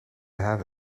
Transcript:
have